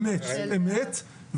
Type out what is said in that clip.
אמת, אמת.